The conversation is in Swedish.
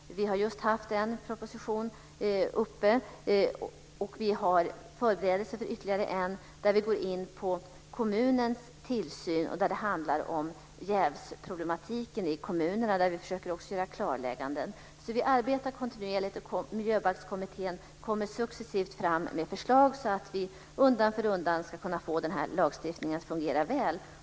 Vi har just behandlat en proposition, och vi förbereder ytterligare en där vi går in på kommunens tillsyn, och det handlar om jävsproblematiken i kommunerna, där vi också försöker göra klarlägganden. Vi arbetar alltså kontinuerligt, och Miljöbalkskommittén kommer successivt fram med förslag så att vi undan för undan ska kunna få denna lagstiftning att fungera väl.